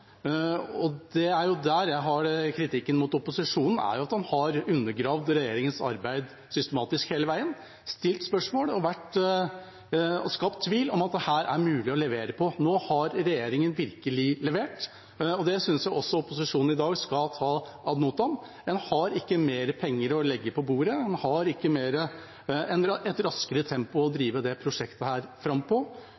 Det er jo der jeg retter kritikk mot opposisjonen – at en har undergravd regjeringens arbeid systematisk hele veien, stilt spørsmål og skapt tvil om at det er mulig å levere på dette. Nå har regjeringen virkelig levert, og det synes jeg også opposisjonen i dag skal ta ad notam. En har ikke mer penger å legge på bordet. En har ikke et raskere tempo å